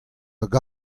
hag